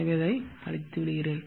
எனவே அதை அழிக்கிறேன்